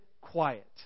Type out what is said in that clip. quiet